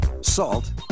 salt